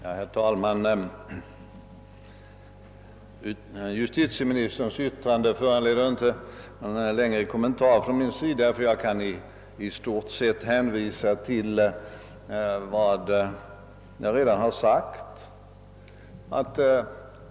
Herr talman! Justitieministerns yttrande föranleder inte någon längre kommentar från min sida; jag kan i stort sett hänvisa till vad jag redan har sagt.